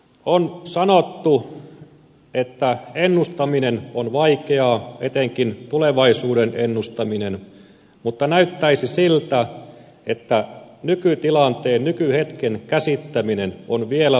on sanottu että ennustaminen on vaikeaa etenkin tulevaisuuden ennustaminen mutta näyttäisi siltä että nykytilanteen nykyhetken käsittäminen on vielä vaikeampaa